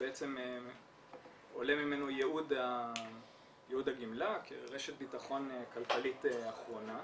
בעצם עולה ממנו ייעוד הגמלה כרשת ביטחון כלכלית אחרונה.